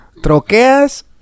troqueas